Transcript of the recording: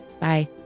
Bye